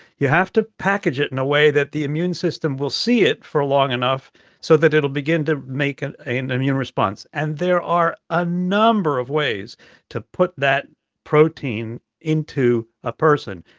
you have to package it in a way that the immune system will see it for long enough so that it'll begin to make an and immune response and there are a number of ways to put that protein into a person.